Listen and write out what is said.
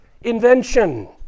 invention